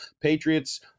Patriots